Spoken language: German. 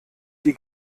die